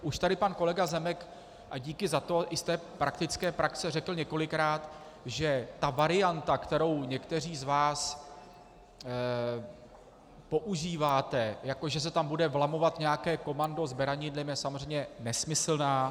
Už tady pan kolega Zemek, a díky za to, i z té praktické praxe řekl několikrát, že ta varianta, kterou někteří z vás používáte, jako že se tam bude vlamovat nějaké komando s beranidly, je samozřejmě nesmyslná.